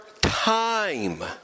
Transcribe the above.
time